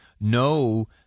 no